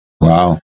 Wow